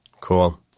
Cool